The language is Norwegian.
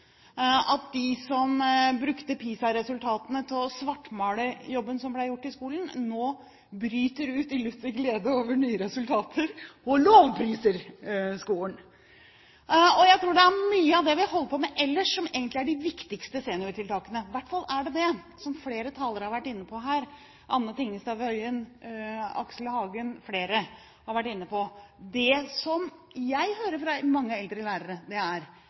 at de som brukte PISA-resultatene til å svartmale jobben som ble gjort i skolen, nå bryter ut i lutter glede over nye resultater og lovpriser skolen. Jeg tror det er mye av det vi har holdt på med ellers, som egentlig er de viktigste seniortiltakene, i hvert fall har flere talere, Anne Tingelstad Wøien, Aksel Hagen, m.fl., vært inne på det her. Det jeg hører fra mange eldre lærere, er,